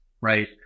right